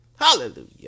hallelujah